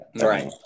Right